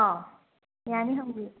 ꯑꯥ ꯌꯥꯅꯤ ꯍꯪꯕꯤꯎ